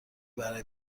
برای